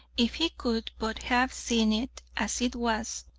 if he could but have seen it as it was,